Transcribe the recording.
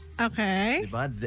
Okay